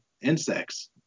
insects